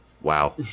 wow